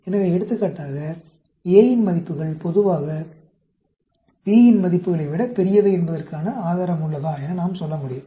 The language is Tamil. எனவே எடுத்துக்காட்டாக A இன் மதிப்புகள் பொதுவாக B இன் மதிப்புகளை விட பெரியவை என்பதற்கான ஆதாரம் உள்ளதா என நாம் சொல்ல முடியும்